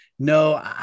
No